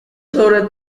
sobre